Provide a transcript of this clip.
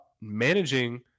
managing